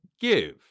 give